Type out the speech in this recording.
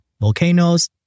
volcanoes